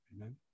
Amen